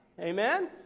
Amen